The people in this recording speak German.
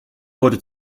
wurde